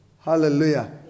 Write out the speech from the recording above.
Hallelujah